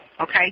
Okay